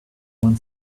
one